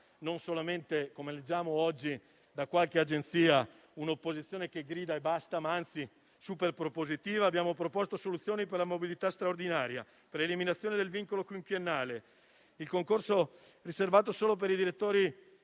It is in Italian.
non solamente - come leggiamo oggi da qualche agenzia - una che grida e basta, abbiamo proposto soluzioni per la mobilità straordinaria per l'eliminazione del vincolo quinquennale, il concorso riservato solo per i direttori